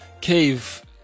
Cave